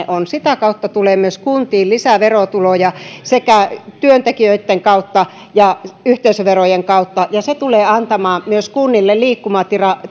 on sitä kautta tulee myös kuntiin lisää verotuloja sekä työntekijöitten kautta että yhteisöverojen kautta ja se tulee antamaan myös kunnille liikkumatilaa